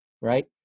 right